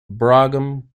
brougham